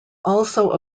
also